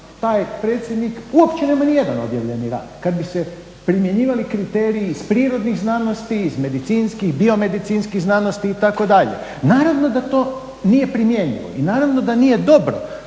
taj predsjednik uopće nema ni jedan objavljeni rad. Kada bi se primjenjivali kriteriji iz prirodnih znanosti, iz medicinskih, bio medicinskih znanosti, itd. Naravno da nije primjenjivo i naravno da nije dobro